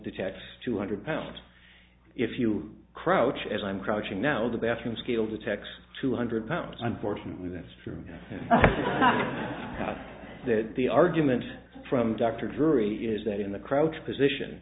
detects two hundred pounds if you crouch as i'm crouching now the bathroom scale detects two hundred pounds unfortunately this true that the argument from dr drew is that in the crouch position